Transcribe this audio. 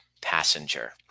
passenger